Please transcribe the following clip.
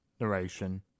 narration